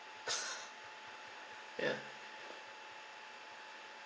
ya